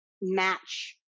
match